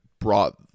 brought